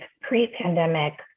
pre-pandemic